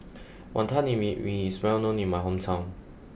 Wantan Mee ring is well known in my hometown